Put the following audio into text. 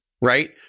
Right